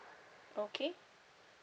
okay